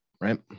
right